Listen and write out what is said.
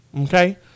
okay